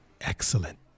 Excellent